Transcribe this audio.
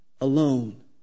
alone